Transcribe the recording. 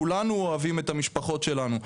כולנו אוהבים את המשפחות שלנו,